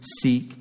seek